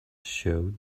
showed